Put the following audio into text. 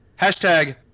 Hashtag